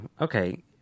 okay